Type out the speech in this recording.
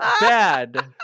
Bad